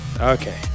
Okay